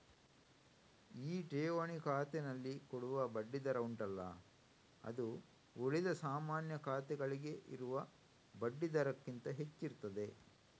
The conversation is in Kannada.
ಈ ಠೇವಣಿ ಖಾತೆನಲ್ಲಿ ಕೊಡುವ ಬಡ್ಡಿ ದರ ಉಂಟಲ್ಲ ಅದು ಉಳಿದ ಸಾಮಾನ್ಯ ಖಾತೆಗಳಿಗೆ ಇರುವ ಬಡ್ಡಿ ದರಕ್ಕಿಂತ ಹೆಚ್ಚಿರ್ತದೆ